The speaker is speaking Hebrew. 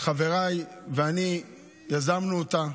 שחבריי ואני יזמנו אותה.